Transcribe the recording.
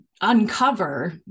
uncover